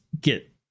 get